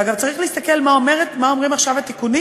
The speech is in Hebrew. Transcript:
ואגב, צריך להסתכל מה אומרים עכשיו התיקונים